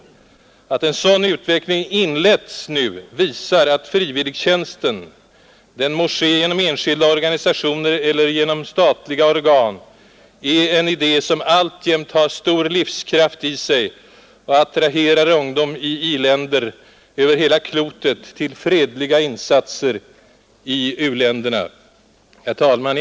Att en sådan utveckling inletts nu visar att frivilligtjänsten — den må ske genom enskilda organisationer eller genom statliga organ — är en idé som alltjämt har stor livskraft i sig och attraherar ungdom i i-länder över hela klotet till fredliga insatser i u-länderna. Herr talman!